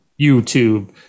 youtube